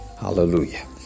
Hallelujah